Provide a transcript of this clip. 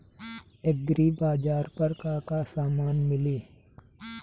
एग्रीबाजार पर का का समान मिली?